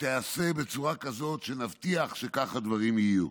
ותיעשה בצורה כזאת שנבטיח שכך הדברים יהיו.